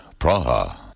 Praha